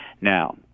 Now